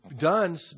done